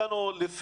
ישבתם בכלל?